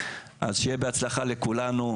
אז שיהיה בהצלחה לכולנו,